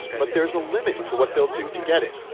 but there's a limit to what they'll do to get it.